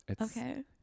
Okay